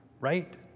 right